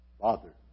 Father